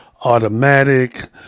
Automatic